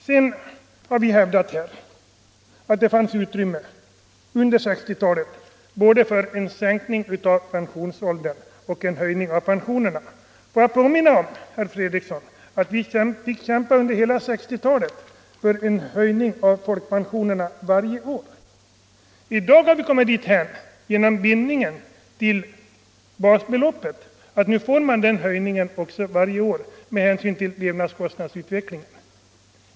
Vi har hävdat att det fanns utrymme under 1960-talet både för en sänkning av pensionsåldern och för en höjning av pensionerna. Får jag påminna om, herr Fredriksson, att vi fick kämpa under hela 1960-talet för en höjning av folkpensionerna varje år. I dag har vi kommit dithän genom bindningen till basbeloppet, att man får en höjning varje år med hänsyn till levnadskostnadsutvecklingen.